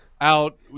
out